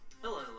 Hello